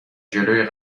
جلوی